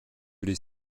les